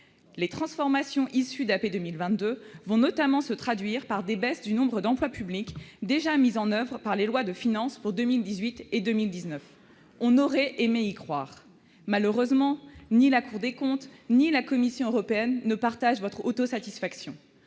Les transformations issues d'Action publique 2022 vont notamment se traduire par des baisses du nombre d'emplois publics, déjà mises en oeuvre par les lois de finances pour 2018 et 2019. » On aurait aimé y croire ! Malheureusement, ni la Cour des comptes ni la Commission européenne ne partagent votre autosatisfaction.